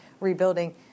rebuilding